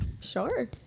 sure